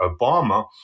Obama